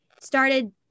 started